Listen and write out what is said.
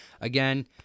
Again